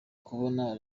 kubona